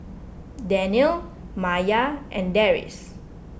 Danial Maya and Deris